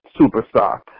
superstar